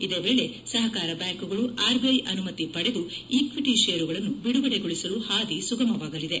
ಇದೇ ವೇಳೆ ಸಹಕಾರ ಬ್ಯಾಂಕ್ ಗಳು ಆರ್ಬಿಐ ಅನುಮತಿ ಪಡೆದು ಈಕ್ವಿಟಿ ಷೇರುಗಳನ್ನು ಬಿಡುಗಡೆಗೊಳಿಸಲು ಹಾದಿ ಸುಗಮವಾಗಲಿದೆ